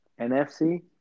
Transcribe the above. NFC